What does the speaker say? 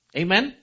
amen